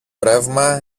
ρεύμα